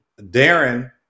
Darren